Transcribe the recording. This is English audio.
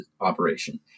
operation